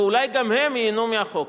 ואולי גם הן ייהנו מהחוק הזה.